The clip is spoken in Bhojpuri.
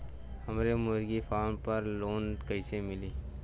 हमरे मुर्गी फार्म पर लोन कइसे मिली?